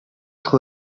дахь